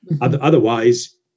Otherwise